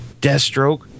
Deathstroke